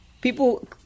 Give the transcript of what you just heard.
people